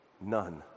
None